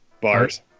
bars